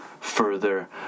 further